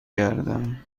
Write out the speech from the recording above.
گردم